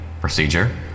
procedure